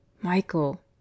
Michael